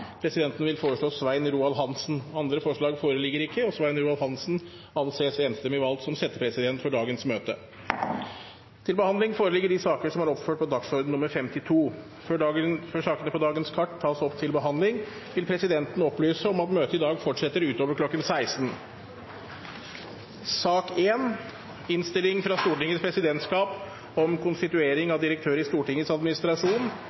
Presidenten vil foreslå Svein Roald Hansen. – Andre forslag foreligger ikke, og Svein Roald Hansen anses enstemmig valgt som settepresident for dagens møte. Før sakene på dagens kart tas opp til behandling, vil presidenten opplyse om at møtet i dag fortsetter utover kl. 16. Ingen har bedt om ordet til sak nr. 1. Etter ønske fra